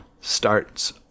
starts